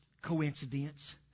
coincidence